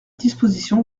disposition